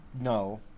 no